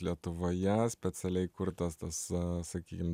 lietuvoje specialiai kurtas tas sakykim